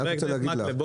אני רק רוצה להגיד לך.